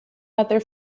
other